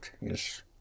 yes